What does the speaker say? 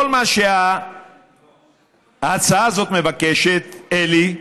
כל מה שההצעה הזאת מבקשת, אלי,